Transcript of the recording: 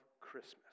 Christmas